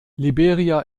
liberia